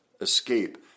escape